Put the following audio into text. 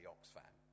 Oxfam